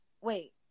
Wait